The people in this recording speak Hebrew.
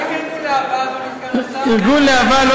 מה עם ארגון להב"ה?